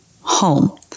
home